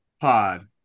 Pod